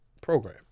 program